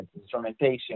instrumentation